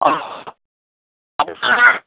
অঁ